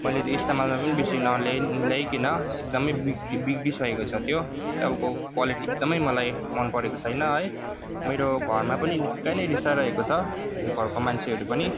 मैले त्यो इस्तमालमा पनि बेसी नल्याइ ल्याइकन एकदमै बिग्रिसकेको छ त्यो तपाईँको क्वालिटी एकदमै मन परेको छैन है मेरो घरमा पनि निक्कै नै रिसाइरहेको छ घरको मान्छेहरू पनि